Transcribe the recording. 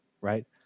right